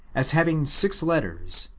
as having six letters,